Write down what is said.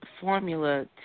Formula